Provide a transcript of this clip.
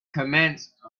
commenced